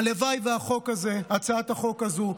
הלוואי שהצעת החוק הזו,